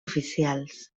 oficials